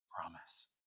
promise